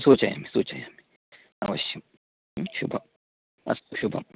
सूचयामि सूचयामि अवश्यम् शुभम् अस्तु शुभम्